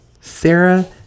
Sarah